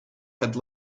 had